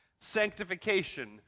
sanctification